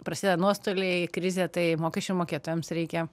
prasme nuostoliai krizė tai mokesčių mokėtojams reikia